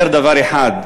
אומר דבר אחד: